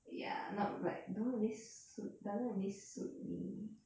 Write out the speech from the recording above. ya not like don't really suit doesn't really suit me